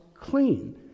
clean